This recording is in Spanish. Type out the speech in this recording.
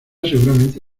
seguramente